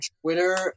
twitter